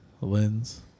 Len's